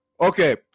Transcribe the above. Okay